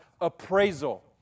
appraisal